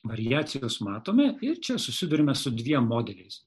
variacijas matome ir čia susiduriam su dviem modeliais